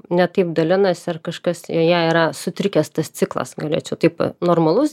ne taip dalinasi ar kažkas joje yra sutrikęs tas ciklas galėčiau taip normalus